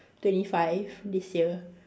twenty five this year